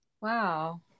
Wow